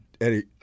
Eddie